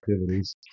activities